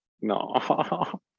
no